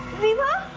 riva!